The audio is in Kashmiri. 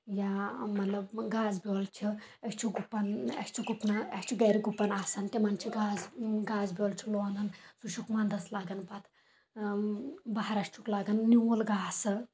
یا مطلب گاسہٕ بیول چھُ أسۍ چھِ گُپن اسہِ چھ گُپنَن اسہِ چھِ گَرِ گُپَن آسان تِمن چھِ گاسہٕ گاسہٕ بیول چھُ لونن سُہ چھُکھ وَنٛدس لَگان پَتہٕ بہارَس چھُکھ لَگان نیوٗل گاسہٕ